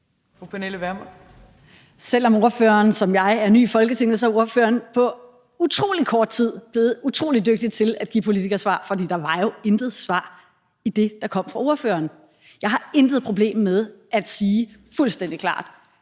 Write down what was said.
Pernille Vermund (NB): Selv om ordføreren som mig er ny i Folketinget, er ordføreren på utrolig kort tid blevet utrolig dygtig til at give politikersvar, for der var jo intet svar i det, der kom fra ordføreren. Jeg har intet problem med at sige fuldstændig klart: